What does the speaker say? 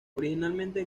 originalmente